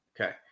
Okay